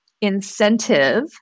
incentive